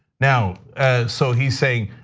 now, as so he's saying,